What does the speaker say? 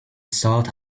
sought